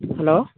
hello